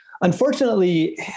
Unfortunately